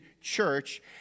church